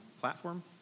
platform